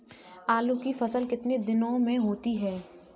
आलू की फसल कितने दिनों में होती है?